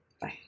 bye